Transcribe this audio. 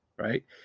right